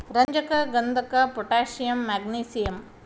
ರಂಜಕ ಗಂಧಕ potassium magnesium